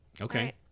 Okay